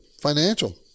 Financial